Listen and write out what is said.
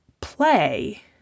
play